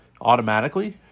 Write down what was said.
automatically